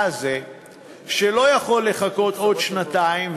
הזה שלא יכול לחכות עוד שנתיים,